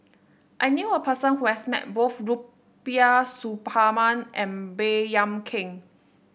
I knew a person who has met both Rubiah Suparman and Baey Yam Keng